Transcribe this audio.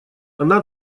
она